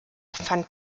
fand